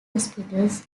hospitals